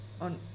on